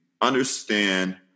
understand